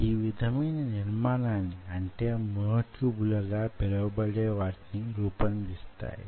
ఈ విధమైన నిర్మాణాన్ని అంటే మ్యో ట్యూబ్ లు గా పిలువబడే వాటిని రూపొందిస్తాయి